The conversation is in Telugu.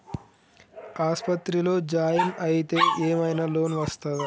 ఆస్పత్రి లో జాయిన్ అయితే ఏం ఐనా లోన్ ఉంటదా?